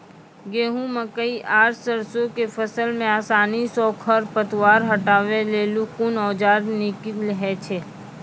गेहूँ, मकई आर सरसो के फसल मे आसानी सॅ खर पतवार हटावै लेल कून औजार नीक है छै?